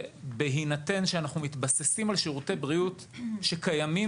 בהינתן שאנחנו מתבססים על שירותי בריאות שקיימים